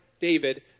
David